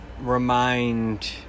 remind